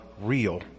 real